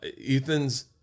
Ethan's